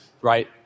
right